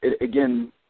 again